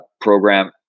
program